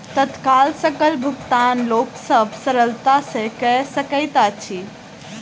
तत्काल सकल भुगतान लोक सभ सरलता सॅ कअ सकैत अछि